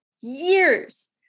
years